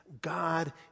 God